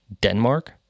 Denmark